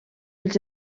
ulls